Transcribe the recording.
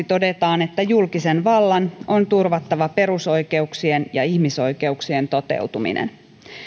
todetaan että julkisen vallan on turvattava perusoikeuksien ja ihmisoikeuksien toteutuminen